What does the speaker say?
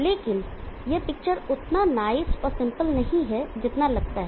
लेकिन यह पिक्चर उतना नाइस और सिंपल नहीं है जितना लगता है